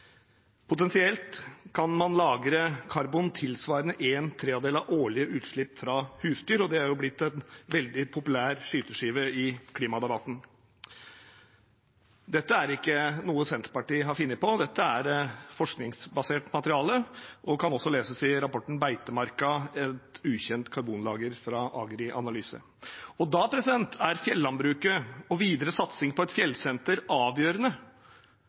Potensielt kan man lagre karbon tilsvarende én tredjedel av årlige utslipp fra husdyr, og det har jo blitt en veldig populær skyteskive i klimadebatten. Dette er ikke noe som Senterpartiet har funnet på. Dette er forskningsbasert materiale, og man kan lese om det i rapporten Beitemarka – et ukjent karbonlager, fra AgriAnalyse. Da er fjellandbruket og en videre satsing på et fjellsenter avgjørende